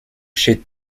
chez